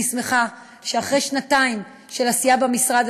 אני שמחה שאחרי שנתיים של עשייה במשרד